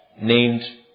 named